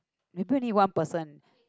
maybe only one person